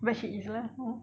but she is lah hor